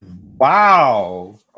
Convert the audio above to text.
wow